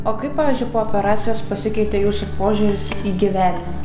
o kaip pavyzdžiui po operacijos pasikeitė jūsų požiūris į gyvenimą